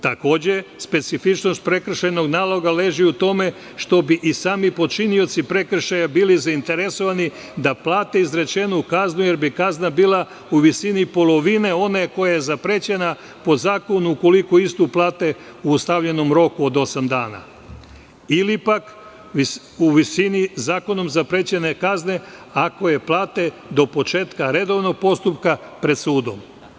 Takođe, specifičnost prekršajnog naloga leži u tome što bi i sami počinioci prekršaja bili zainteresovani da plate izrečenu kaznu, jer bi kazna bila u visini polovine one koja je zaprećena po zakonu ukoliko istu plate u ostavljenom roku od osam dana ili u visini zakonom zaprećene kazne ako je plate do početka redovnog postupka pred sudom.